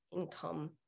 income